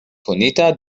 konita